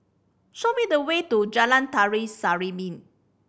show me the way to Jalan Tari Serimpi